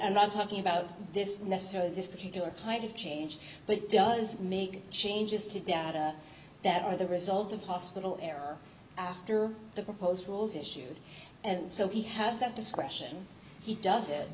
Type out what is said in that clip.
i'm talking about this necessarily this particular type of change but it does make changes to data that are the result of hospital error after the proposed rules issued and so he has that discretion he does it